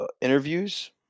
interviews